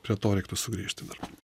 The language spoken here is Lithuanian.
prie to reiktų sugrįžti dar